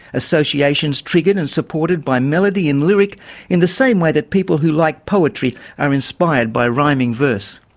associations triggered and supported by melody and lyric in the same way that people who like poetry are inspired by rhyming verse.